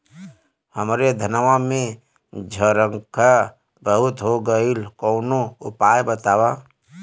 हमरे धनवा में झंरगा बहुत हो गईलह कवनो उपाय बतावा?